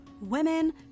women